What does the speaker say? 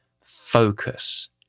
focus